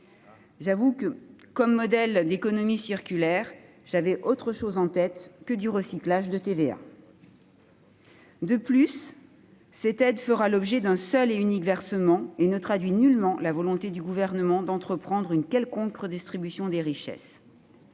J'avoue que, comme modèle d'économie circulaire, j'avais autre chose en tête qu'un recyclage de TVA ! De plus, cette aide fera l'objet d'un seul et unique versement. Elle ne traduit nullement la volonté du Gouvernement d'entreprendre une quelconque redistribution des richesses.